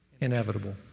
inevitable